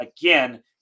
again